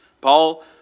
Paul